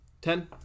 Ten